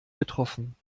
getroffen